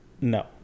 No